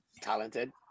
talented